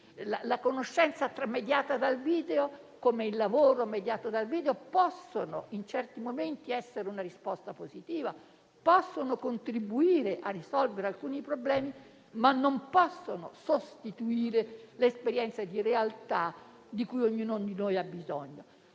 La conoscenza mediata dal video, come il lavoro mediato dal video, possono in certi momenti essere una risposta positiva; possono contribuire a risolvere alcuni problemi, ma non possono sostituire le esperienze di realtà di cui ognuno di noi ha bisogno.